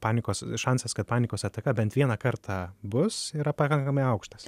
panikos šansas kad panikos ataka bent vieną kartą bus yra pakankamai aukštas